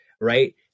right